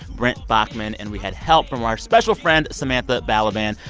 brent baughman, and we had help from our special friend, samantha balaban.